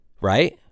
right